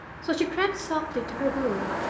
so she crept softly to her room,